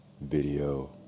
video